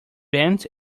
bent